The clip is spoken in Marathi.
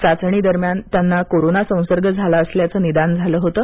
चाचणीदरम्यान त्यांना कोरोना संसर्ग झाला असल्याचं निदान झालं होतं